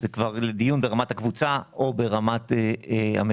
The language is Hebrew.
זה כבר לדיון ברמת הקבוצה או ברמת המקומית.